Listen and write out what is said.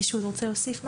מישהו רוצה להוסיף משהו?